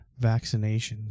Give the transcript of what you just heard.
vaccinations